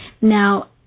Now